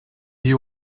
you